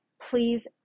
please